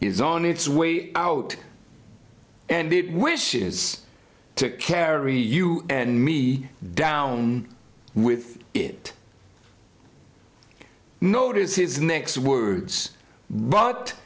is on its way out and it wishes to carry you and me down with it notice his next words but